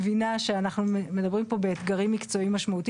שמסביר לאלה שצריכים לקבל את ההחלטות